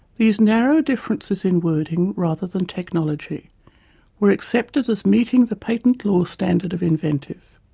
these narrow differences in wording rather than technology were accepted as meeting the patent law standard of inventive.